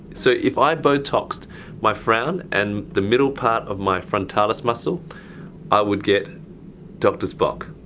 so if i botoxed my frown and the middle part of my frontalis muscle i would get dr. spock.